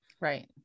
right